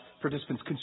participants